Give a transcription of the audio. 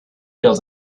built